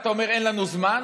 אתה אומר: אין לנו זמן,